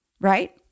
right